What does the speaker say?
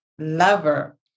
Lover